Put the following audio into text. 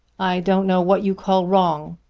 i don't know what you call wrong.